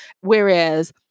whereas